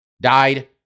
died